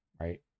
right